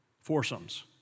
foursomes